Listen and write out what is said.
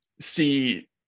see